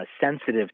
sensitive